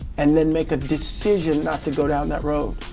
and then make a decision not to go down that road.